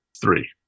three